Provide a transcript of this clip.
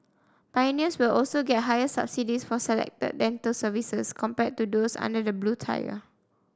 pioneers will also get higher subsidies for selected dental services compared to those under the blue tire